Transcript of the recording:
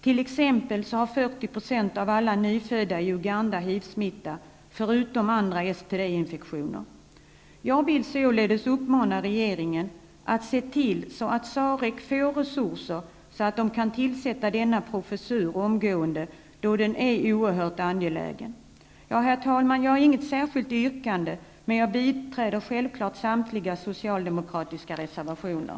T.ex. har 40 % av alla nyfödda i Uganda HIV-smitta förutom andra infektioner. SAREC får resurser så att man omgående kan tillsätta denna professur, då den är oerhört angelägen. Herr talman! Jag har inget särskilt yrkande, men jag biträder självfallet samtliga socialdemokratiska reservationer.